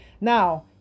Now